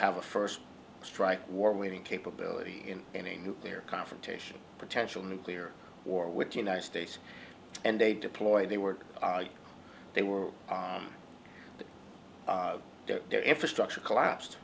have a first strike war winning capability in any nuclear confrontation potential nuclear war with the united states and they deployed they were they were their infrastructure collapsed